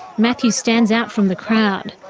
matthew stands out from the crowd.